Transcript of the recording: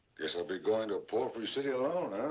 so be going to palfrie city alone.